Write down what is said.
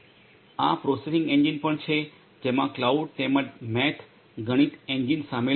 આ પણ processing engine છે જેમાં ક્લાઉડ તેમજ મેથગણિત એન્જિન શામેલ છે